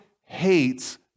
hates